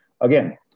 again